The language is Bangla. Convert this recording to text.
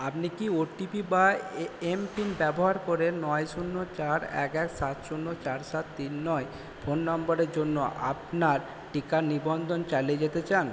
আপনি কি ও টি পি বা এম পিন ব্যবহার করে নয় শূন্য চার এক এক সাত শূন্য চার সাত তিন নয় ফোন নম্বরের জন্য আপনার টিকা নিবন্ধন চালিয়ে যেতে চান